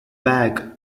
back